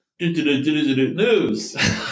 news